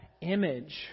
image